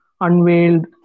unveiled